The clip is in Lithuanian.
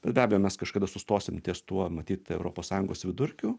bet be abejo mes kažkada sustosim ties tuo matyt europos sąjungos vidurkiu